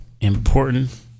important